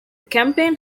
campaign